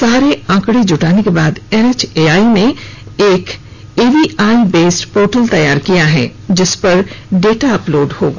सारे आंकड़े जुटाने के बाद एनएचएआई ने एक एवीआई बेस्ड पोर्टल तैयार किया है जिस पर डेटा अपलोड होगा